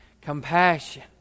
Compassion